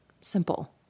Simple